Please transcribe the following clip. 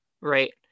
right